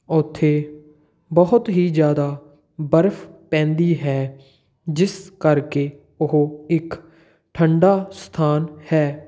ਉੱਥੇ ਬਹੁਤ ਹੀ ਜ਼ਿਆਦਾ ਬਰਫ ਪੈਂਦੀ ਹੈ ਜਿਸ ਕਰਕੇ ਉਹ ਇੱਕ ਠੰਡਾ ਸਥਾਨ ਹੈ